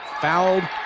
fouled